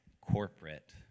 corporate